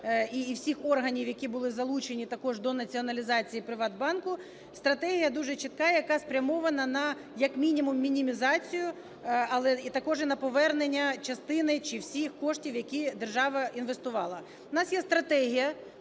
і всіх органів, які були залучені також до націоналізації "ПриватБанку". Стратегія дуже чітка, яка спрямована на як мінімум мінімізацію, але також і на повернення частини чи всіх коштів, які держава інвестувала. У нас є стратегія